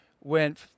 went –